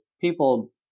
people